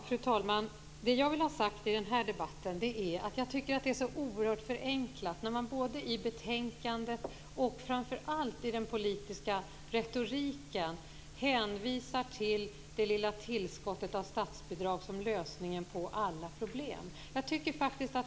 Fru talman! Det som jag vill ha sagt i den här debatten är att jag tycker att det är så oerhört förenklat när man både i betänkandet och framför allt i den politiska retoriken hänvisar till det lilla tillskottet av statsbidrag som lösningen på alla problem.